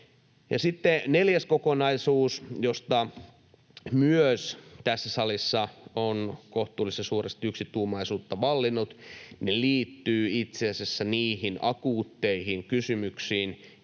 neljäs kokonaisuus, josta myös tässä salissa on kohtuullisen suuresti yksituumaisuutta vallinnut, liittyy itse asiassa niihin akuutteihin kysymyksiin,